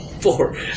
Four